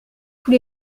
tous